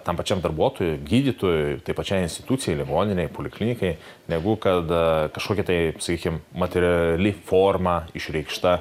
tam pačiam darbuotojui gydytojui tai pačiai institucijai ligoninei poliklinikai negu kada kažkokia tai sakykim materiali forma išreikšta